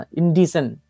indecent